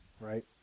Right